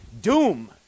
doom